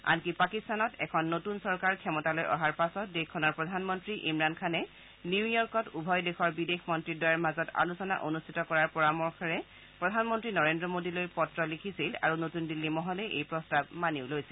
আনকি পাকিস্তানত এখন নতূন চৰকাৰ ক্ষমতালৈ অহাৰ পাছত দেশখনৰ প্ৰধানমন্ত্ৰী ইমৰাণ খানে নিউয়ৰ্কত উভয় দেশৰ বিদেশ মন্ত্ৰীদ্বয়ৰ মাজত আলোচনা অনুষ্ঠিত কৰাৰ পৰামৰ্শৰে প্ৰধানমন্ত্ৰী নৰেন্দ্ৰ মোডীলৈ পত্ৰ লিখিছিল আৰু নতুন দিল্লী মহলে এই প্ৰস্তাৱ মানিও লৈছিল